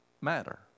matter